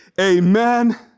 Amen